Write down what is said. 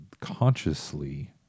consciously